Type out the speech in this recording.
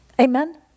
Amen